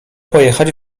pojechać